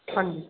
ਹਾਂਜੀ